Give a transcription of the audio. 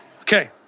Okay